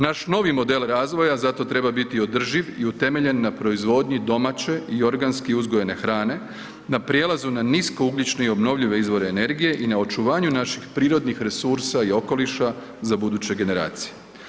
Naš novi model razvoja zato treba biti održiv i utemeljen na proizvodnji domaće i organski uzgojene hrane na prijelazu na niskougljične i obnovljive izvore energije i na očuvanju naših prirodnih resursa i okoliša za buduće generacije.